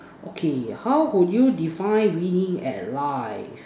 okay how would you define winning at life